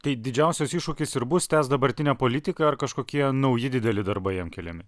tai didžiausias iššūkis ir bus tęst dabartinę politiką ar kažkokie nauji dideli darbai jam keliami